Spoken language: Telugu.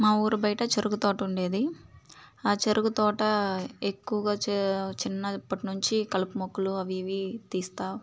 మా ఊరు బయట చెరుకు తోట ఉండేది ఆ చెరుకు తోట ఎక్కువగా చా చిన్నప్పటినుంచి కలుపు మొక్కలు అవి ఇవి తీస్తా